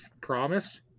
promised